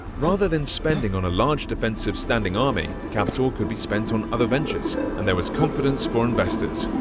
rather than spending on a large defensive standing army, capital could be spent on other ventures, and there was confidence for investors.